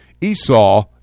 Esau